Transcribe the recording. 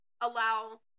allow